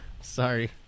Sorry